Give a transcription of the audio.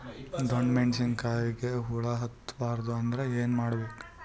ಡೊಣ್ಣ ಮೆಣಸಿನ ಕಾಯಿಗ ಹುಳ ಹತ್ತ ಬಾರದು ಅಂದರ ಏನ ಮಾಡಬೇಕು?